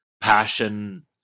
passion